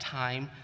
time